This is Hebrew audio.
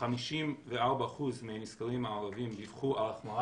54% מהנסקרים הערבים דיווחו על החמרה